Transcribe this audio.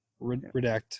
Redact